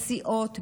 מסיעות,